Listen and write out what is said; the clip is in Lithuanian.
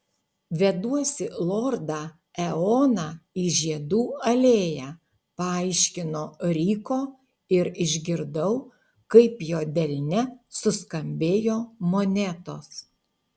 veduosi lordą eoną į žiedų alėją paaiškino ryko ir išgirdau kaip jo delne suskambėjo monetos